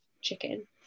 chicken